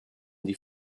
die